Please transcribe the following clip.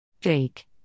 Fake